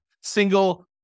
single